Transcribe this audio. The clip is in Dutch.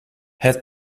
het